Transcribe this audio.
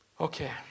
Okay